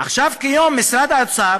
עכשיו, כיום משרד האוצר,